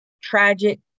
tragic